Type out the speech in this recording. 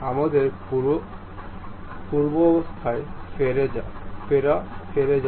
আমাদের পূর্বাবস্থায় ফেরা যাক